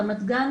רמת גן,